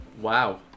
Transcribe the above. Wow